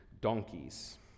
donkeys